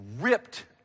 ripped